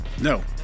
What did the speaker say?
No